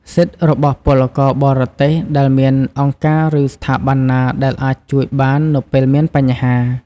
សិទ្ធិរបស់ពលករបរទេស ដែលមានអង្គការ ឬស្ថាប័នណាដែលអាចជួយបាននៅពេលមានបញ្ហា។